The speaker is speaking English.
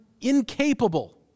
incapable